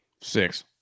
Six